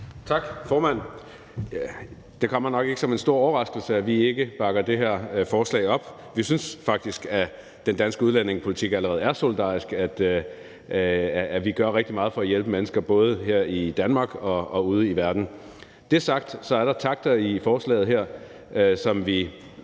Tak, formand. Det kommer nok ikke som en stor overraskelse, at vi ikke bakker det her forslag op. Vi synes faktisk, at den danske udlændingepolitik allerede er solidarisk, og at vi gør rigtig meget for at hjælpe mennesker både her i Danmark og ude i verden. Når det er sagt, er der takter i forslaget her, som vi